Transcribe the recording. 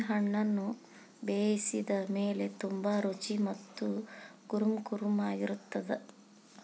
ಈ ಹಣ್ಣುನ ಬೇಯಿಸಿದ ಮೇಲ ತುಂಬಾ ರುಚಿ ಮತ್ತ ಕುರುಂಕುರುಂ ಆಗಿರತ್ತದ